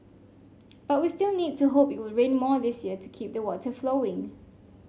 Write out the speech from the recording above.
but we still need to hope it will rain more this year to keep the water flowing